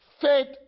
faith